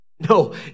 No